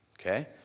Okay